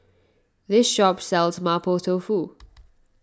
this shop sells Mapo Tofu